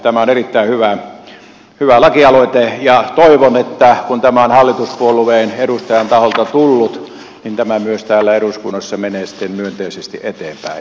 tämä on erittäin hyvä lakialoite ja toivon että kun tämä on hallituspuolueen edustajan taholta tullut niin tämä myös täällä eduskunnassa menee sitten myönteisesti eteenpäin